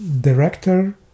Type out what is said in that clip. director